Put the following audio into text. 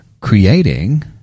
creating